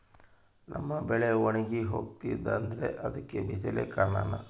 ನಮ್ಮ ಬೆಳೆ ಒಣಗಿ ಹೋಗ್ತಿದ್ರ ಅದ್ಕೆ ಬಿಸಿಲೆ ಕಾರಣನ?